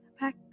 back